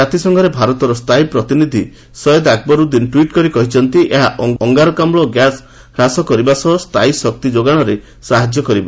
ଜାତିସଂଘରେ ଭାରତର ସ୍ଥାୟୀ ପ୍ରତିନିଧି ସୟେଦ ଆକବର ଉଦ୍ଦିନ ଟ୍ୱିଟ୍ କରି କହିଛନ୍ତି ଏହା ଅଙ୍ଗାରକାମ୍ ଗ୍ୟାସ୍ ହ୍ରାସ କରିବା ସହ ସ୍ଥାୟୀ ଶକ୍ତି ଯୋଗାଣରେ ସାହାଯ୍ୟ କରିବ